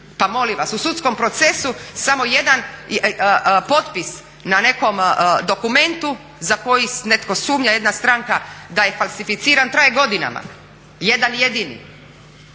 Pa molim vas, u sudskom procesu samo jedan potpis na nekom dokumentu za koji netko sumnja, jedna stranka da je falsificiran traje godinama, jedan jedini.